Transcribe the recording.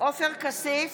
עופר כסיף,